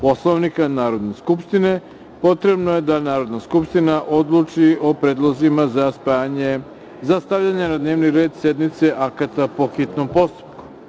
Poslovnika Narodne skupštine, potrebno je da Narodna skupština odluči o predlozima za stavljanje na dnevni red sednice akata po hitnom postupku.